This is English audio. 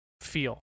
feel